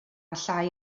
llai